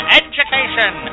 education